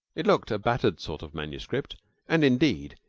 it looked a battered sort of manuscript and, indeed,